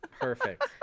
Perfect